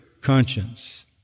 conscience